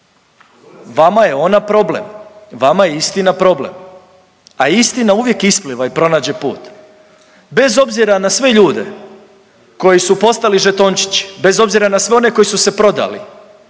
vama je ona problem, vama je istina problem, a istina uvijek ispliva i pronađe put, bez obzira na sve ljude koji su postali žetončići, bez obzira na sve one koji su se prodali,